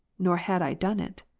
nor had i done it.